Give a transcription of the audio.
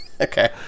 Okay